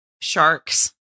Sharks